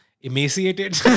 emaciated